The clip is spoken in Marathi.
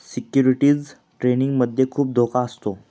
सिक्युरिटीज ट्रेडिंग मध्ये खुप धोका असतो